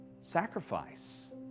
sacrifice